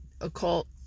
occult